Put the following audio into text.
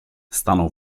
stanął